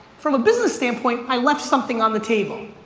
from a business standpoint, i left something on the table.